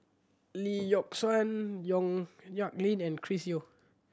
Lee Yock Suan Yong Nyuk Lin and Chris Yeo